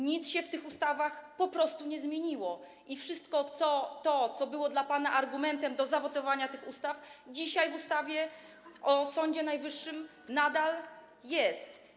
Nic się w tych ustawach po prostu nie zmieniło i wszystko to, co było dla pana argumentem do zawetowania tych ustaw, dzisiaj w ustawie o Sądzie Najwyższym nadal jest.